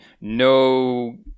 No